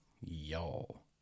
y'all